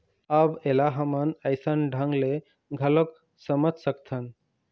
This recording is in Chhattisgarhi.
अब ऐला हमन अइसन ढंग ले घलोक समझ सकथन